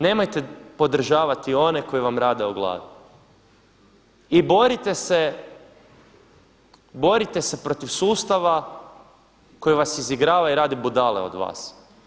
Nemojte podržavati one koji vam rade o glavi i borite se protiv sustava koji vas izigrava i koji rade budale od vas.